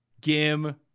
Gim